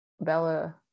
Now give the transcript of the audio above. Bella